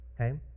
Okay